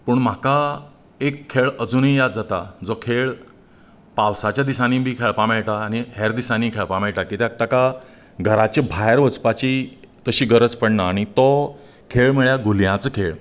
पूण म्हाका एक खेळ अजूनीय याद जाता जो खेळ पावसांच्या दिसांनी बी खेळपा मेळटा आनी हेर दिसांनीय खेळपाक मेळटा कित्याक ताका घरांचे भायर वचपाची तशीं गरज पडना आनी तो खेळ म्हळ्यार गुलयांचो खेळ